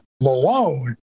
Malone